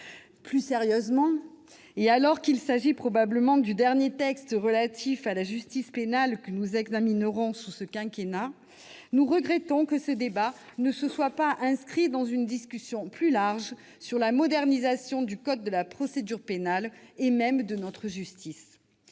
Plus sérieusement, et alors qu'il s'agit probablement du dernier texte relatif à la justice pénale que nous examinerons sous ce quinquennat, nous regrettons que ce débat ne se soit pas inscrit dans une discussion plus large quant à la modernisation du code de procédure pénale et même de notre justice.